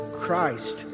Christ